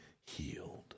healed